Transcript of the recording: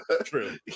True